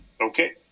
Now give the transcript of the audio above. okay